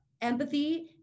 empathy